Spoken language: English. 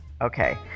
Okay